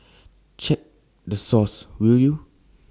check the source will you